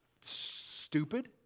Stupid